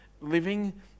living